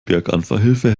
berganfahrhilfe